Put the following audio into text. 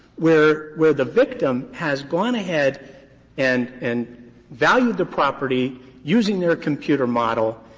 where where the victim has gone ahead and and valued the property using their computer model,